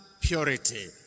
purity